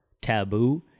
taboo